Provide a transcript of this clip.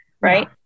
right